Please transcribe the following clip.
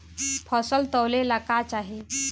फसल तौले ला का चाही?